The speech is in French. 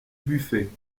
buffet